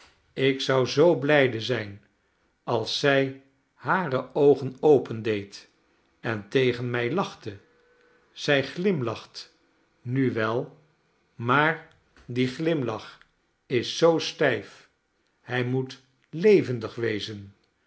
ik zou zoo blijde zijn als zij hare oogen opendeed en tegen mij lachte zij glimlacht nu wel maar die glimlach is zoo stijf hij moest levendig wezen